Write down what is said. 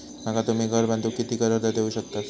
माका तुम्ही घर बांधूक किती कर्ज देवू शकतास?